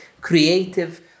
creative